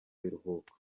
biruhuko